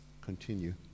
continue